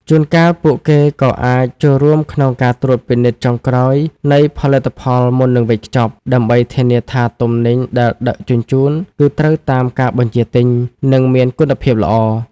ជួនកាលពួកគេក៏អាចចូលរួមក្នុងការត្រួតពិនិត្យចុងក្រោយនៃផលិតផលមុននឹងវេចខ្ចប់ ដើម្បីធានាថាទំនិញដែលដឹកជញ្ជូនគឺត្រូវតាមការបញ្ជាទិញ និងមានគុណភាពល្អ។